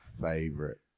favorite